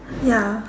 ya